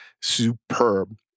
superb